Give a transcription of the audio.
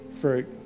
fruit